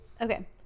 Okay